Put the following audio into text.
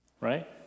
Right